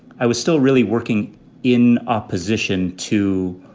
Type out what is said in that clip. i was still really working in opposition to